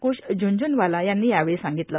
क्श झ्नझ्नवाला यांनी यावेळी सांगितलं